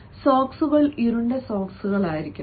സോക്സുകൾ ഇരുണ്ട സോക്സായിരിക്കട്ടെ